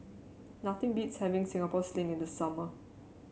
nothing beats having Singapore Sling in the summer